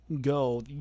go